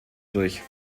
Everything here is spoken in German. durch